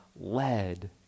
led